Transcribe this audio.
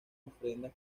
ofrendas